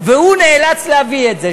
והוא נאלץ להביא את זה.